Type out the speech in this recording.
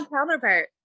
counterpart